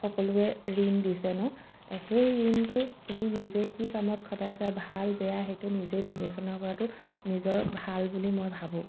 সকলোৱে ঋণ দিছে সেই ঋণটো তুমি নিজে কি কামত খটাইছা ভাল বেয়া সেইটো নিজে বিবেচনা কৰাটো নিজৰ ভাল বুলি মই ভাবোঁ